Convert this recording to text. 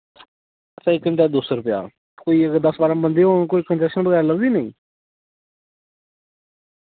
अच्छा इक घंटे दा दो सौ रपेआ कोई अगर दस बारां बंदे होन कोई कन्सैशन बगैरा लब्दी नेईं